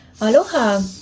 aloha